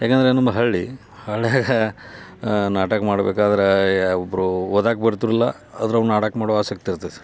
ಯಾಕಂದರೆ ನಮ್ಮ ಹಳ್ಳಿ ಹಳ್ಳಿಯಾಗ ನಾಟಕ ಮಾಡ್ಬೇಕಾದ್ರೆ ಒಬ್ಬರು ಓದಕ್ಕೆ ಬರ್ತಿರಲಿಲ್ಲ ಅದ್ರಾಗ ನಾಟಕ ಮಾಡುವ ಆಸಕ್ತಿ ಇರ್ತೈತಿ